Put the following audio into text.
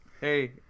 Hey